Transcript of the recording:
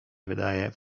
wydaje